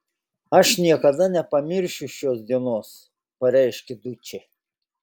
aš niekada nepamiršiu šios dienos pareiškė dučė